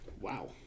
Wow